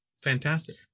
fantastic